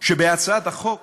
שבהצעת החוק